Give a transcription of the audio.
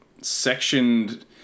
sectioned